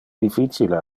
difficile